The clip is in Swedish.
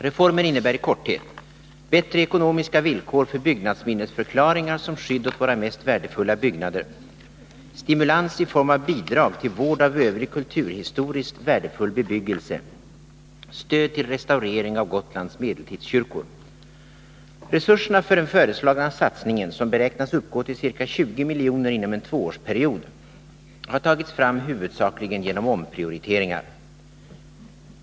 Reformen innebär i korthet bättre ekonomiska villkor för byggnadsminnesförklaringar som skydd åt våra mest värdefulla byggnader, 4 Resurserna för den föreslagna satsningen, som beräknas uppgå till ca 20 milj.kr. inom en tvåårsperiod, har tagits fram huvudsakligen genom omprioriteringar.